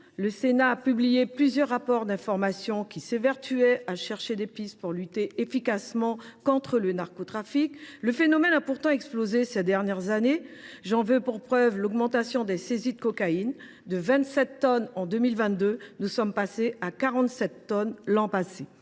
le Sénat a publié plusieurs rapports d’informations qui s’évertuaient à chercher des pistes pour lutter efficacement contre le narcotrafic. Le phénomène a pourtant explosé au cours de ces dernières années. J’en veux pour preuve l’augmentation des saisies de cocaïne : de 27 tonnes en 2022, nous sommes passés à 47 tonnes l’an passé.